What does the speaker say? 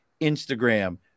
Instagram